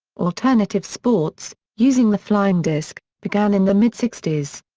alternative sports, using the flying disc, began in the mid-sixties.